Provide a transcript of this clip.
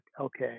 okay